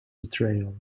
betrayal